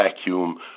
vacuum